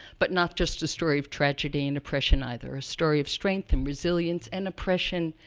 but not just the story of tragedy and oppression, either. a story of strength and resilience, and oppression,